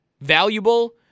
valuable